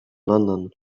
london